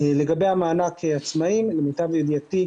לגבי מענק עצמאיים למיטב ידיעתי,